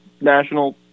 national